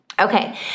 Okay